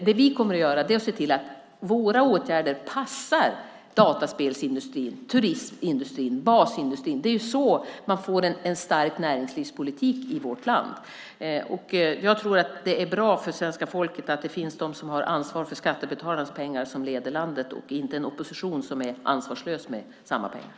Det vi kommer att göra är att se till att våra åtgärder passar dataspelsindustrin, turismindustrin, basindustrin. Det är så man får en stark näringslivspolitik i vårt land. Jag tror att det är bra för svenska folket att det är de som har ansvar för skattebetalarnas pengar som leder landet och inte en opposition som är ansvarslös med samma pengar.